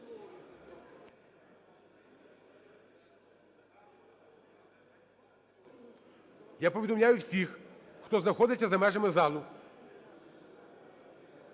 Я повідомляю всім, хто знаходиться за межами залу: